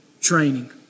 training